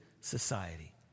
society